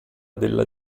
della